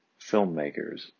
filmmakers